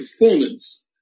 performance